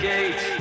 Gate